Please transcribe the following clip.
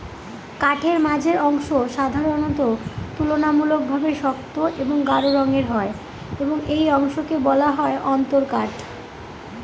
কাঠের মাঝের অংশ সাধারণত তুলনামূলকভাবে শক্ত ও গাঢ় রঙের হয় এবং এই অংশকে বলা হয় অন্তরকাঠ